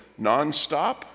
nonstop